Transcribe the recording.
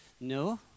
no